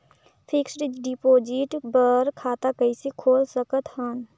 Fixed deposit बर खाता कइसे खोल सकत हन?